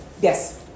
Yes